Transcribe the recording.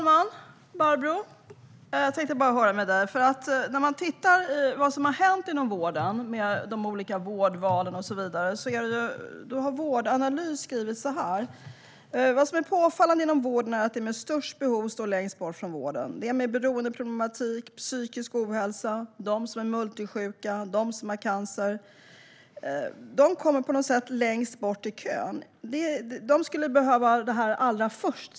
Herr talman! Låt oss titta på vad som har hänt inom vården, Barbro Westerholm, med de olika vårdvalen och så vidare. Vårdanalys har skrivit att vad som är påfallande inom vården är att de med störst behov står längst bort från vården. De med beroendeproblem, psykisk ohälsa, de som är multisjuka, de som har cancer, kommer längst bort i kön. De skulle behöva vården allra först.